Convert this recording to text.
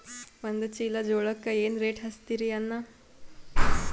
ಒಂದ ಚೀಲಾ ಜೋಳಕ್ಕ ಏನ ರೇಟ್ ಹಚ್ಚತೀರಿ ಅಣ್ಣಾ?